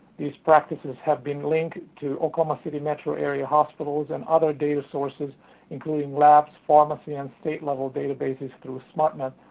these practices have been linked to oklahoma city metro area hospitals and other data sources including lab, pharmacy, and state-level databases through smrtnet.